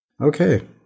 Okay